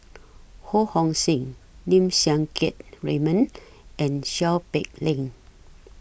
Ho Hong Sing Lim Siang Keat Raymond and Seow Peck Leng